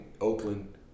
Oakland